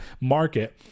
market